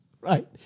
right